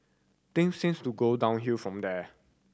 things seemed to go downhill from there